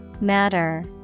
Matter